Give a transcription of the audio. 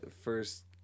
first